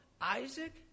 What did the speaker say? Isaac